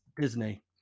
Disney